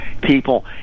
people